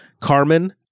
Carmen